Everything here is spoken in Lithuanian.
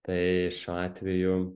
tai iš atvejų